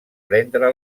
prendre